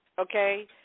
Okay